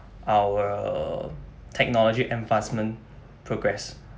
our technology advancement progress